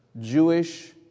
Jewish